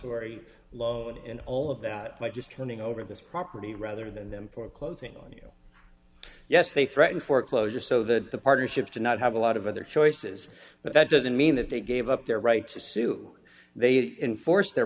story load and all of that by just turning over this property rather than them foreclosing on you yes they threatened foreclosure so that the partnership do not have a lot of other choices but that doesn't mean that they gave up their right to sue they enforce their